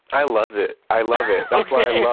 i love it. i love it ok